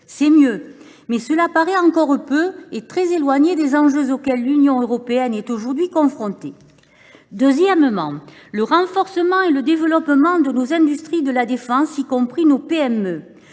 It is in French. C’est mieux, mais cela paraît encore peu et très éloigné des enjeux auxquels l’Union européenne est aujourd’hui confrontée. Le second volet de cet effort est le renforcement et le développement de nos industries de la défense, y compris nos PME.